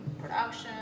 production